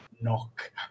knock